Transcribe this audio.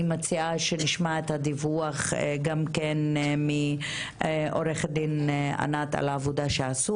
אני מציעה שנשמע את הדיווח מעורכת הדין ענת מימון על העבודה שעשו